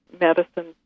medicine